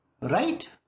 right